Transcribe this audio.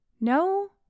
No